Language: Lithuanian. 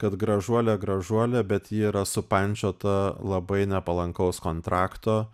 kad gražuolė gražuolė bet ji yra supančiota labai nepalankaus kontrakto